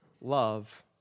love